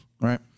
Right